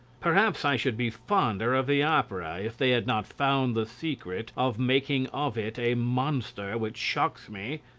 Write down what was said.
perhaps i should be fonder of the opera if they had not found the secret of making of it a monster which shocks me.